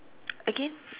again